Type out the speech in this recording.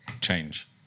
Change